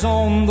on